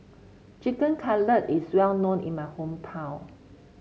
Chicken Cutlet is well known in my hometown